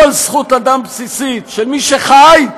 כל זכות אדם בסיסית של מי שחי,